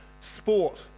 sport